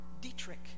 Dietrich